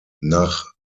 nach